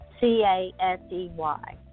C-A-S-E-Y